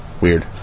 Weird